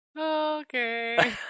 Okay